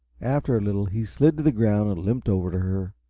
after a little, he slid to the ground and limped over to her.